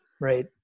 Right